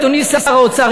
אדוני שר האוצר,